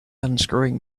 unscrewing